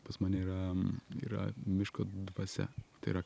pas mane yra yra miško dvasia tai yra